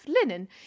linen